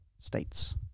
States